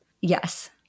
Yes